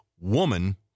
woman